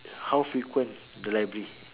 how frequent the library